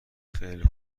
خیلی